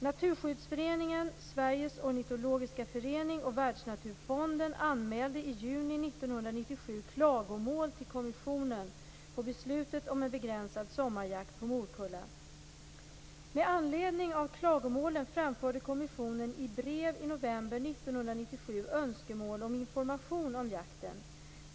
Naturskyddsföreningen, Sveriges ornitologiska förening och Världsnaturfonden anmälde i juli 1997 klagomål till kommissionen på beslutet om en begränsad sommarjakt på morkulla. Med anledning av klagomålen framförde kommissionen i brev i november 1997 önskemål om information om jakten.